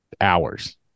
hours